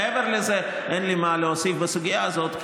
מעבר לזה אין לי מה להוסיף בסוגיה הזאת,